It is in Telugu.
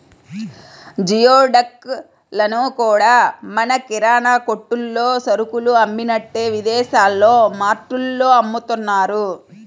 జియోడక్ లను కూడా మన కిరాణా కొట్టుల్లో సరుకులు అమ్మినట్టే విదేశాల్లో మార్టుల్లో అమ్ముతున్నారు